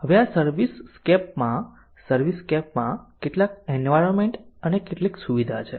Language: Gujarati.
હવે આ સર્વિસસ્કેપમાં સર્વિસસ્કેપમાં કેટલાક એન્વાયરમેન્ટ અને કેટલીક સુવિધા છે